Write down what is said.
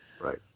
Right